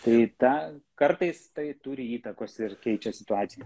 tai tą kartais tai turi įtakos ir keičia situaciją